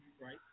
right